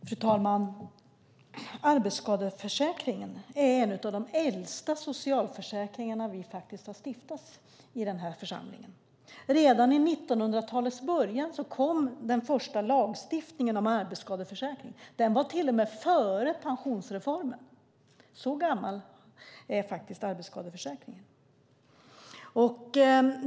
Fru talman! Arbetsskadeförsäkringen är en av de äldsta socialförsäkringar vi stiftat i denna församling. Redan i början av 1900-talet kom den första lagstiftningen gällande arbetsskadeförsäkring. Den kom till och med före pensionsreformen. Så gammal är arbetsskadeförsäkringen.